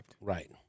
Right